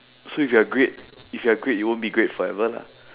so if you are great if you are great it won't be great forever lah